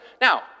Now